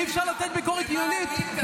אי-אפשר לתת ביקורת דיונית?